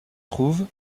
trouve